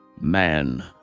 Man